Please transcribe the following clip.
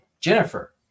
Jennifer